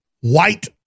white